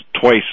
twice